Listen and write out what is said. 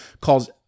calls